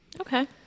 Okay